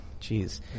jeez